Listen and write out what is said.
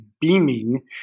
beaming